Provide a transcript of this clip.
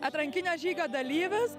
atrankinio žygio dalyvius